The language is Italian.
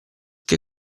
che